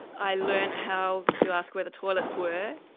i learned how to ask where the toilets were,